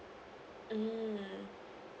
mm